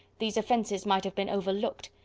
these offenses might have been overlooked,